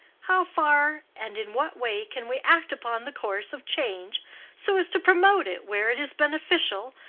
how far and in what way can we act upon the course of change so as to promote it where it is beneficial,